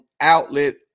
outlet